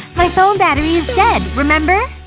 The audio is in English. my phone battery is dead, remember?